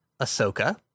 Ahsoka